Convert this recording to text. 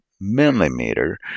millimeter